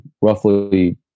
roughly